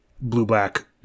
blue-black